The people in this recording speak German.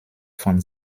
von